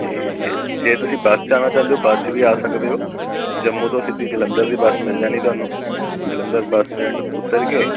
ਅਤੇ ਜੇ ਜੇ ਤੁਸੀਂ ਬੱਸ 'ਚ ਆਉਣਾ ਚਾਹੁੰਦੇ ਹੋ ਬੱਸ ਵੀ ਆ ਸਕਦੇ ਹੋ ਜੰਮੂ ਤੋਂ ਸਿੱਧੀ ਜਲੰਧਰ ਦੀ ਬੱਸ ਮਿਲ ਜਾਣੀ ਤੁਹਾਨੂੰ ਜਲੰਧਰ ਬੱਸ ਸਟੈਂਡ ਉੱਤਰ ਕੇ